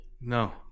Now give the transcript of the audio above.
No